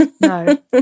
No